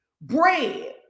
Bread